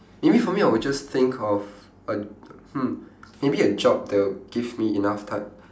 maybe for me I will just think of a hmm maybe a job that will give me enough time